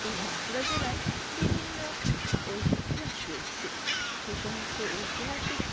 এই বাঁকুড়া জেলার বিভিন্ন রকম ঐতি ইতিহাস রয়েছে সে সমস্ত ঐতিহাসিক